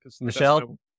Michelle